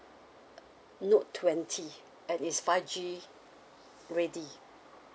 note twenty and it's five G ready